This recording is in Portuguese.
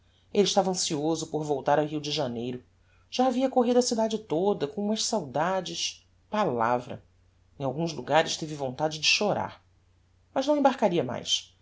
elle estava ancioso por voltar ao rio de janeiro já havia corrido a cidade toda com umas saudades palavra em alguns logares teve vontade de chorar mas não embarcaria mais